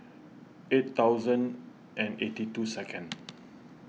eight thousand and eighty two second